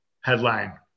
headline